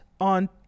on